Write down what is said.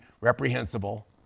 reprehensible